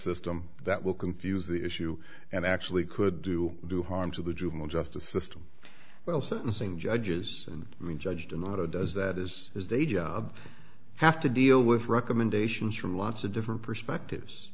system that will confuse the issue and actually could do do harm to the juvenile justice system well sentencing judges and the judge do not a does that is is they job have to deal with recommendations from lots of different perspectives